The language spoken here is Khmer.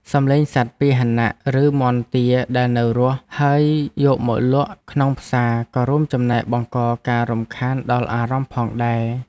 សំឡេងសត្វពាហនៈ ឬមាន់ទាដែលនៅរស់ ហើយយកមកលក់ក្នុងផ្សារក៏រួមចំណែកបង្កការរំខានដល់អារម្មណ៍ផងដែរ។